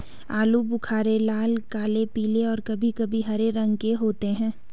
आलू बुख़ारे लाल, काले, पीले और कभी कभी हरे रंग के होते हैं